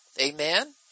Amen